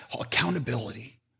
Accountability